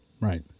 Right